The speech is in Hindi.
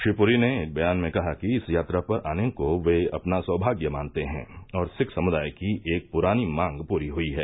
श्री पुरी ने एक बयान में कहा कि इस यात्रा पर आने को वे अपना सौमाग्य मानते हैं और सिख समुदाय की एक पुरानी मांग पूरी हुई है